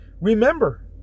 Remember